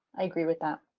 i agree with that.